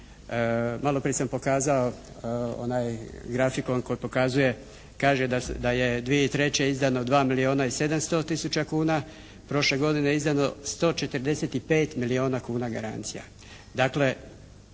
Malo prije sam pokazao onaj grafikon koji pokazuje, kaže da je 2003. izdano 2 milijuna i 700 tisuća kuna, prošle godine je izdano 145 milijuna kuna garancija.